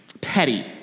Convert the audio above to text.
petty